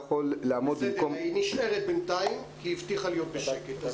היא נשארת בינתיים כי הבטיחה להיות בשקט.